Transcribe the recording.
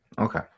Okay